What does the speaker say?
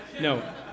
No